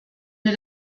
mir